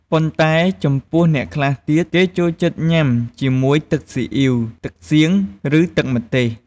ប៉ុន្តែចំពោះអ្នកខ្លះទៀត គេចូលចិត្តញ៉ាំជាមួយទឹកស៊ីអ៉ីវ ទឹកសៀង ឬទឹកម្ទេស។